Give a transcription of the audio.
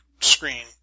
screen